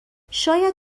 شاید